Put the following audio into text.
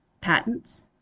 patents